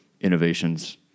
innovations